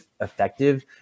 effective